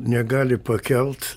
negali pakelt